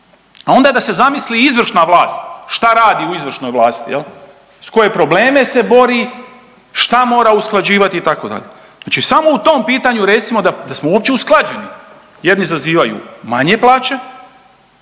A onda da se zamisli izvršna vlast šta radi u izvršnoj vlasti, je li? S koje probleme se bori, šta mora usklađivati, itd. Znači samo u tom pitanju, recimo, da smo uopće usklađeni, jedni zazivaju manje plaće,